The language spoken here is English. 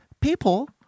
people